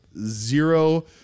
zero